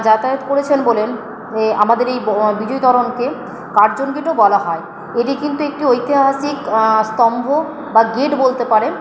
যাতায়াত করেছেন বলেন এই আমাদের এই বিজয়ী তরণকে কার্জন গেটও বলা হয় এটি কিন্তু একটি ঐতিহাসিক স্তম্ভ বা গেট বলতে পারেন